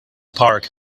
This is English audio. park